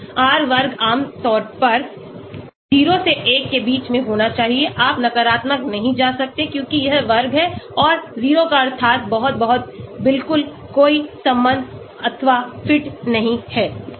R वर्ग आमतौर पर 0 से 1 के बीच में होना चाहिए आप नकारात्मक नहीं जा सकते क्योंकि यह वर्ग है और 0 का अर्थ बहुत बहुत बिल्कुल कोई संबंध अथवा फिट नहीं है